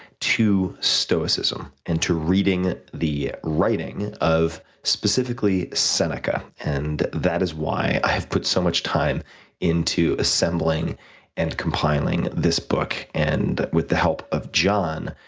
to stoicism and to reading the writing of specifically seneca, and that is why i have put so much time into assembling and compiling this book and, with the help of john,